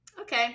Okay